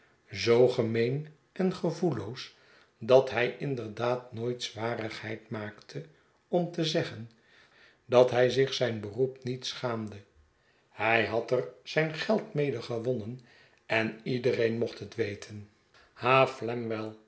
zoo gemeen en gevoelloos dat hij inderdaad nooit zwarigheid maakte om te zeggen dat hy zich zijn beroep niet horatio sparkins schaamde hij had er zijn geld mede gewonnen en iedereen mocht het weten